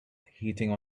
heating